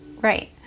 Right